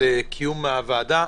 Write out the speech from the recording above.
על קיום הוועדה.